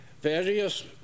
various